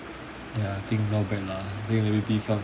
ya think not bad lah I think B funk